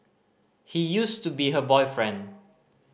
he used to be her boyfriend